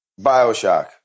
Bioshock